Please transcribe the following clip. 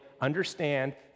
understand